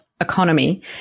Economy